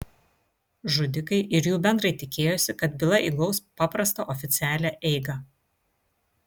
žudikai ir jų bendrai tikėjosi kad byla įgaus paprastą oficialią eigą